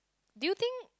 do you think